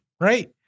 right